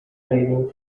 bleeding